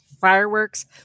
fireworks